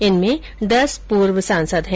इनमें दस पूर्व सांसद है